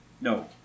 No